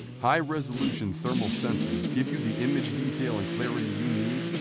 high-resolution thermal sensors give you the image detail and clarity you need,